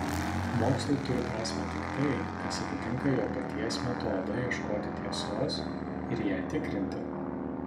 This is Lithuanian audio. mokslui turi prasmę tik tai kas atitinka jo paties metodą ieškoti tiesos ir ją tikrinti